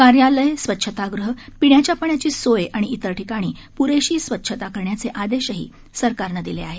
कार्यालय स्वच्छतागृह पिण्याच्या पाण्याची सोय आणि इतर ठिकाणी पुरेशी स्वच्छता करण्याचे आदेशही सरकारने दिले आहेत